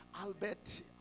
Albert